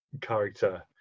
Character